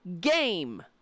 game